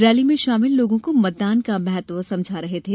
rally में शामिल लोगो को मतदान का महत्व समझा रहे थे